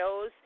shows